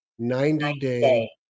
90-day